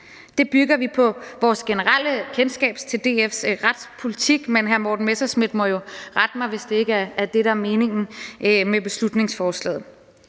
Det bygger vi på vores generelle kendskab til DF's retspolitik, men hr. Morten Messerschmidt må jo rette mig, hvis det ikke er det, der er meningen med beslutningsforslaget.